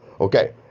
Okay